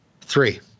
Three